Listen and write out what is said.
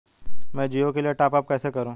मैं जिओ के लिए टॉप अप कैसे करूँ?